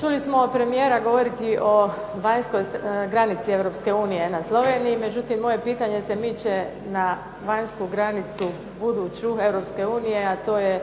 Čuli smo od premijera govoriti o vanjskoj granici Europske unije na Sloveniji. Međutim, moje pitanje se miče na vanjsku granicu, buduću, Europske unije, a to je